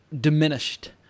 diminished